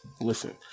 listen